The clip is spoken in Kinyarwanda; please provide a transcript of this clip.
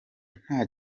nta